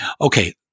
Okay